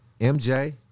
mj